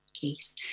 case